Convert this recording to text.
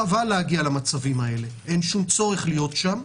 חבל להגיע למצבים האלה, אין שום צורך להיות שם.